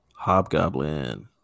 Hobgoblin